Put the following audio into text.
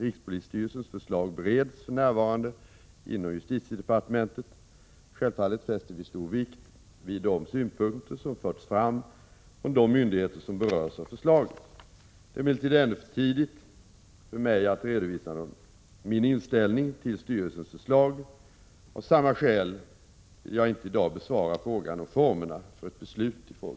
Rikspolisstyrelsens förslag bereds för närvarande inom justitiedepartementet. Självfallet fäster vi stor vikt vid de synpunkter som förts fram från de myndigheter som berörs av förslaget. Det är emellertid ännu för tidigt för mig att redovisa någon inställning till styrelsens förslag. Av samma skäl kan jag inte i dag besvara frågan om formerna för ett beslut i frågan.